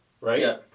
right